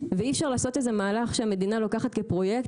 ואי אפשר לעשות איזה מהלך שהמדינה לוקחת כפרויקט?